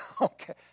Okay